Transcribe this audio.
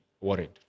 worried